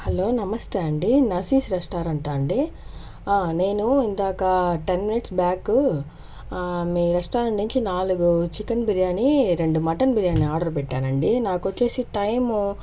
hello నమస్తే అండి నసీస్ రెస్టారెంట్టా అండి నేను ఇందాక టెన్ మినిట్స్ బ్యాక్ మీ రెస్టారెంట్ నుంచి నాలుగు చికెన్ బిర్యాని రెండు మటన్ బిర్యాని ఆర్డర్ పెట్టారండి నాకు వచ్చేసి టైము